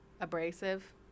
abrasive